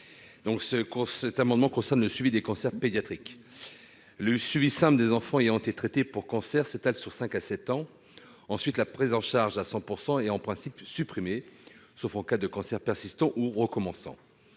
Mme Deromedi, concerne le suivi des cancers pédiatriques. Le suivi simple des enfants ayant été traités pour cancer s'étale sur cinq à sept ans. Ensuite, la prise en charge à 100 % est en principe supprimée, sauf en cas de cancer persistant ou recommençant.